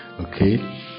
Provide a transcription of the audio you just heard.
okay